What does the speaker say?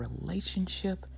relationship